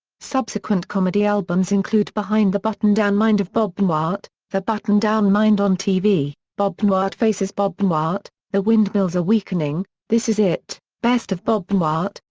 subsequent comedy albums include behind the button-down mind of bob newhart, the button-down mind on tv, bob newhart faces bob newhart, the windmills are weakening, this is it, best of bob newhart,